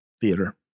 theater